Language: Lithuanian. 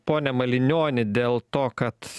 ponia malinioni dėl to kad